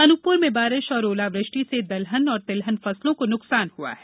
अनूपपुर में बारिश और ओलावृष्टि से दलहन और तिलहन फसलों को नुकसान हुआ है